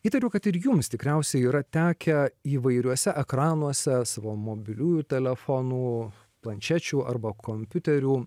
įtariu kad ir jums tikriausiai yra tekę įvairiuose ekranuose savo mobiliųjų telefonų planšečių arba kompiuterių